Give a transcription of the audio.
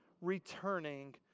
returning